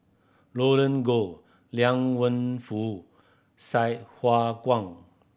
Roland Goh Liang Wenfu Sai Hua Kuan